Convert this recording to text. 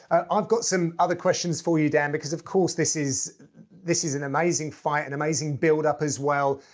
i've got some other questions for you, dan, because of course, this is this is an amazing fight, and amazing buildup as well.